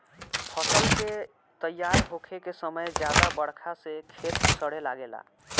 फसल के तइयार होखे के समय ज्यादा बरखा से खेत सड़े लागेला